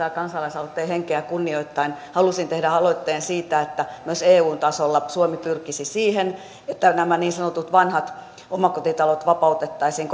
ja kansalais aloitteen henkeä kunnioittaen halusin tehdä aloitteen siitä että myös eun tasolla suomi pyrkisi siihen että nämä niin sanotut vanhat omakotitalot vapautettaisiin